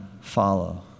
follow